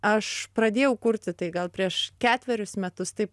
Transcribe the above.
aš pradėjau kurti tai gal prieš ketverius metus taip